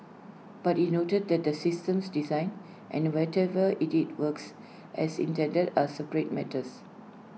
but he noted that the system's design and whatever IT is works as intended are separate matters